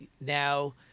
now